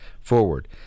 forward